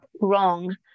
wrong